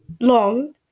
long